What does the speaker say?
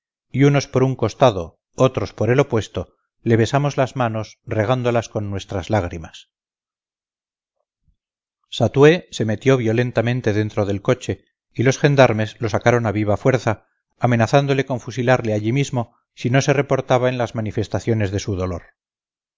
y unos por un costado otros por el opuesto le besamos las manos regándolas con nuestras lágrimas satué se metió violentamente dentro del coche y los gendarmes lo sacaron a viva fuerza amenazándole con fusilarle allí mismo si no se reportaba en las manifestaciones de su dolor